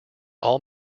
all